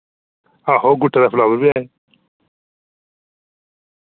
आहो गुट्टे दे फ्लावर बी ऐ